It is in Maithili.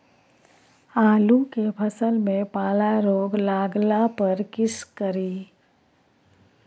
आलू के फसल मे पाला रोग लागला पर कीशकरि?